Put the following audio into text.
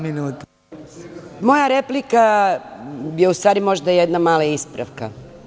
Moja replika je ustvari možda jedna mala ispravka.